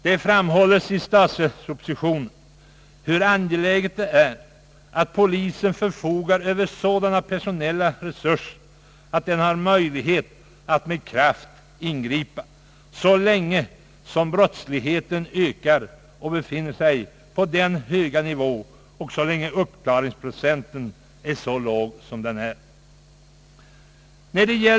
Det framhålles i statsverkspropositionen hur angeläget det är att polisen förfogar över sådana personella resurser att den har möjlighet att med kraft ingripa mot denna höga och ökande brottslighet och för att höja den nuvarande låga uppklaringsprocenten.